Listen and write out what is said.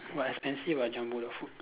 but expensive ah Jumbo the food